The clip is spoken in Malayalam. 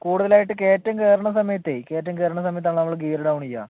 കുടുതലായിട്ടു കേറ്റം കേറുന്ന സമയത്തു കേറ്റം കേറുന്ന സമയതാണ് നമ്മൾ ഗിയർ ടൗൺ ചെയുക